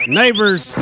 neighbors